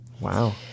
Wow